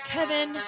Kevin